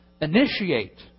initiate